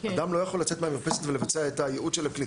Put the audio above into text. אדם לא יכול לצאת מהמרפסת ולבצע את הייעוד של הכלי,